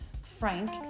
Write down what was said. frank